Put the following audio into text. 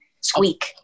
Squeak